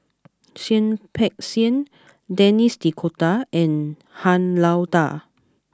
Seah Peck Seah Denis D'Cotta and Han Lao Da